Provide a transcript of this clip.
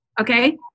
Okay